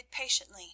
patiently